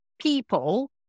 people